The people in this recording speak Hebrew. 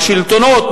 השלטונות,